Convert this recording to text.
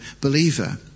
believer